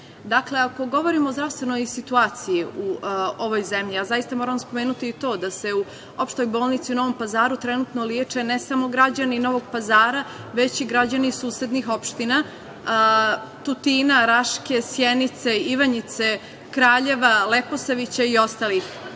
ako govorimo o zdravstvenoj situaciji u ovoj zemlji, ja zaista moram spomenuti i to da se u Opštoj bolnici u Novom Pazaru trenutno leče ne samo građani Novog Pazara, već i građani iz susednih opština Tutina, Raške, Sjenice, Ivanjice, Kraljeva, Leposavića i ostalih. Smatram